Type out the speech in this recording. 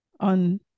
on